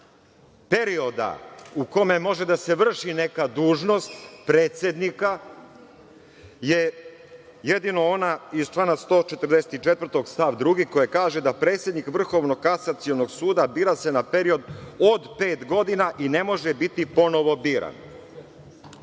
perioda u kome može da se vrši neka dužnost predsednika je jedino ona iz člana 144. stav 2. koji kaže da predsednik Vrhovnog kasacionog suda bira se na period od pet godina i ne može biti ponovo biran. To